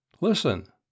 Listen